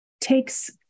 takes